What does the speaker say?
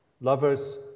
lovers